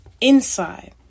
inside